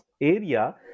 area